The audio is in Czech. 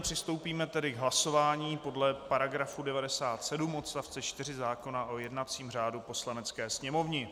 Přistoupíme tedy k hlasování podle § 97 odst. 4 zákona o jednacím řádu Poslanecké sněmovny.